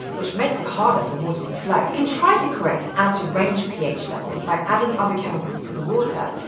which makes it harder for water to flow. you can try to correct out-of-range ph levels by adding other chemicals to the water,